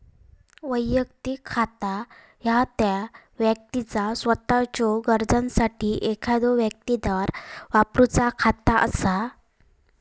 वैयक्तिक खाता ह्या त्या व्यक्तीचा सोताच्यो गरजांसाठी एखाद्यो व्यक्तीद्वारा वापरूचा खाता असा